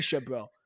bro